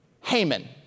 Haman